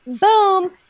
Boom